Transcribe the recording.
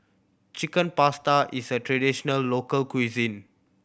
Chicken Pasta is a traditional local cuisine